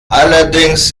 allerdings